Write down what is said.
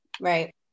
Right